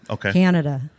Canada